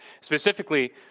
Specifically